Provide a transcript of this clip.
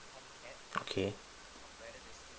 okay